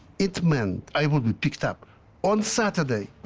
it meant i would be picked up on saturday